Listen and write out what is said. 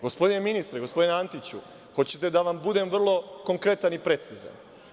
Gospodine ministre, gospodine Antiću, hoćete da vam budem vrlo konkretan i precizan?